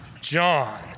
John